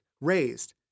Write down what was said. raised